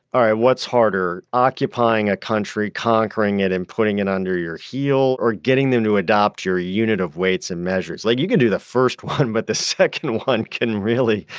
what's harder, occupying a country, conquering it and putting it under your heel or getting them to adopt your unit of weights and measures? like you can do the first one, but the second one can really,